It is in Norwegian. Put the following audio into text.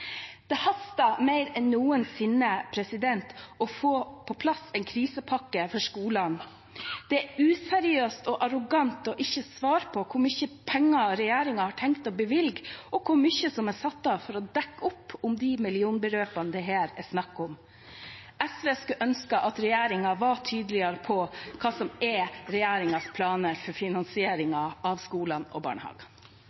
Det haster mer enn noensinne med å få på plass en krisepakke for skolene. Det er useriøst og arrogant ikke å svare på hvor mye penger regjeringen har tenkt å bevilge, og hvor mye som er satt av til å dekke opp for de millionbeløpene det her er snakk om. SV skulle ønske at regjeringen var tydeligere på hva som er regjeringens planer for finansiering